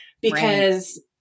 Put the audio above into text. because-